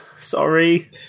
Sorry